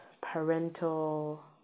parental